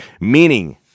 Meaning